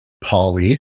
Polly